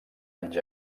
anys